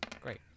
Great